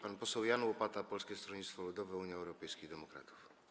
Pan poseł Jan Łopata, Polskie Stronnictwo Ludowe - Unia Europejskich Demokratów.